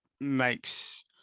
makes